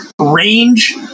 Range